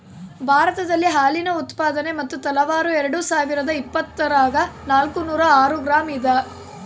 ಭಾರತದಲ್ಲಿ ಹಾಲಿನ ಉತ್ಪಾದನೆ ಮತ್ತು ತಲಾವಾರು ಎರೆಡುಸಾವಿರಾದ ಇಪ್ಪತ್ತರಾಗ ನಾಲ್ಕುನೂರ ಆರು ಗ್ರಾಂ ಇದ